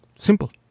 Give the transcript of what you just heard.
simple